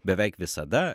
beveik visada